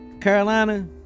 Carolina